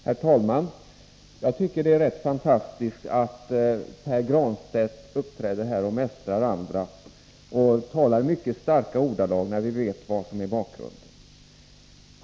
Herr talman! Pär Granstedt uppträder här och mästrar andra i mycket starka ordalag, trots att vi vet bakgrunden.